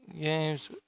games